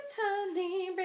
honey